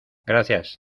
gracias